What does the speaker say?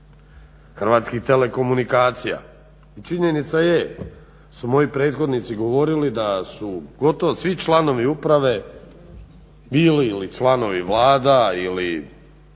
Hrvatskih telekomunikacija. I činjenica je da su moji prethodnici govorili da su gotovo svi članovi uprave bili ili članovi Vlada ili